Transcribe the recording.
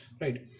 right